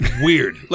weird